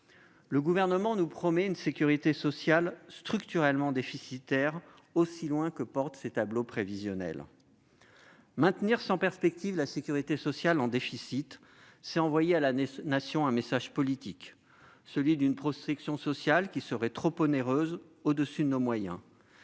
Le Gouvernement nous promet une sécurité sociale structurellement déficitaire, aussi loin que courent ses tableaux prévisionnels. Or, maintenir la sécurité sociale en déficit sans perspective, c'est envoyer à la Nation un message politique : celui d'une protection sociale qui serait trop onéreuse, au-dessus de nos moyens.